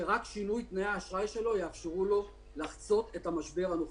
שרק שינוי תנאי האשראי שלו יאפשרו לו לחצות את המשבר הנוכחי,